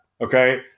Okay